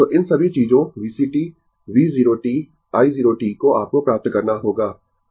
तो इन सभी चीजों VCt V 0 t i 0 t को आपको प्राप्त करना होगा